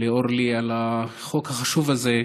לאורלי על החוק החשוב הזה.